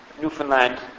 Newfoundland